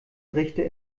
richter